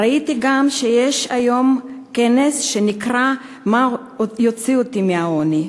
ראיתי גם שיש היום כנס שנקרא "מה יוציא אותי מהעוני?"